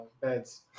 beds